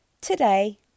today